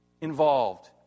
involved